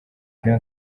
ibyo